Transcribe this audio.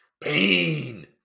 Pain